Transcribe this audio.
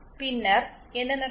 பின்னர் என்ன நடக்கும்